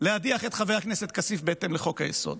להדיח את חבר הכנסת כסיף בהתאם לחוק-היסוד.